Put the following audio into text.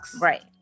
right